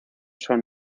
son